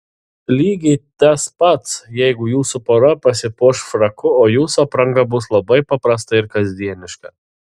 lygiai tas pats jeigu jūsų pora pasipuoš fraku o jūsų apranga bus labai paprasta ir kasdieniška